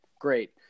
great